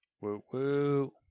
Woo-woo